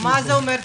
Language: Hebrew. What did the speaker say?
מה זה אומר תפעול?